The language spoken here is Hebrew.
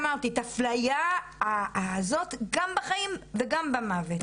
האפליה הזאת גם בחיים וגם במוות.